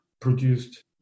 produced